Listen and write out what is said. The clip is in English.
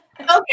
Okay